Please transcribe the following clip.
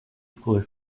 equally